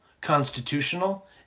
constitutional